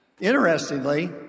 Interestingly